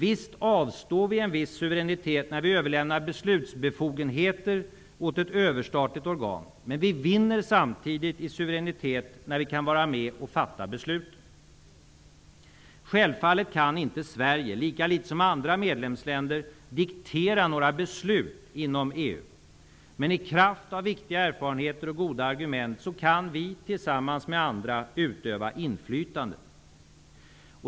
Visst avstår vi en viss suveränitet när vi överlämnar beslutsbefogenheter åt ett överstatlig organ, men vi vinner samtidigt i suveränitet när vi kan vara med och fatta besluten. Självfallet kan inte Sverige, lika litet som andra medlemsländer, diktera några beslut inom EU, men i kraft av viktiga erfarenheter och goda argument kan vi tillsammans med andra utöva inflytande.